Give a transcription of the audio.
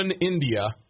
India